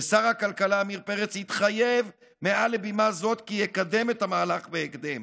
ושר הכלכלה עמיר פרץ התחייב מעל לבימה זאת כי יקדם את המהלך בהקדם.